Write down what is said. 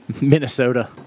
Minnesota